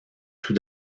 tout